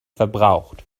verbraucht